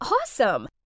awesome